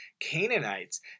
Canaanites